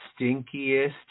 stinkiest